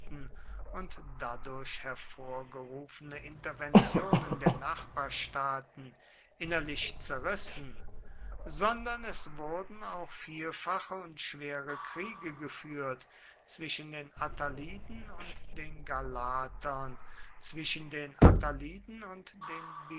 und dadurch hervorgerufene interventionen der nachbarstaaten innerlich zerrissen sondern es wurden auch vielfache und schwere kriege geführt zwischen den attaliden und den galatern zwischen den attaliden und den